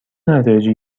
نتایجی